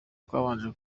twabanje